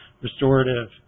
restorative